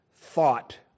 thought